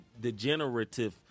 degenerative